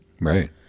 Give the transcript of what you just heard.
Right